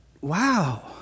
wow